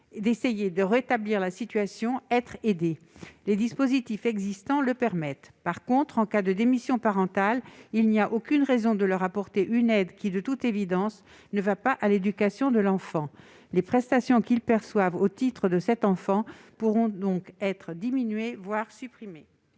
d'essayer de rétablir la situation. Les dispositifs existants le permettent. En revanche, en cas de démission parentale, il n'y a aucune raison de leur apporter une aide qui, de toute évidence, ne va pas à l'éducation de l'enfant. Les prestations qu'ils perçoivent au titre de cet enfant pourront donc être diminuées, voire supprimées.